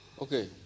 Okay